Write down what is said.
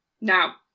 Now